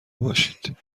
باشید